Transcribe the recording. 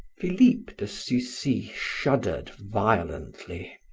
philip de sucy shuddered violently.